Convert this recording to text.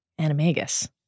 Animagus